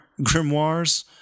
grimoires